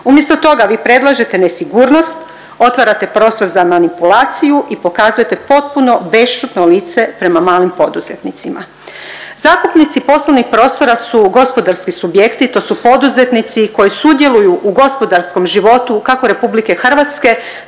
Umjesto toga vi predlažete nesigurnost, otvarate prostor za manipulaciju i pokazujete potpuno bešćutno lice prema malim poduzetnicima. Zakupnici poslovnih prostora su gospodarski subjekti to su poduzetnici koji sudjeluju u gospodarskom životu kako RH tako